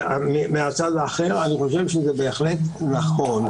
מצד אחר אני חושב שזה בהחלט נכון,